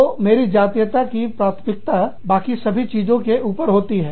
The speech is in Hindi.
तो मेरी जातीयता की प्राथमिकता बाकी सभी चीजों के ऊपर होती है